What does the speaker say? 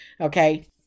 okay